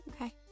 Okay